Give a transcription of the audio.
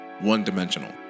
one-dimensional